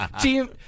Team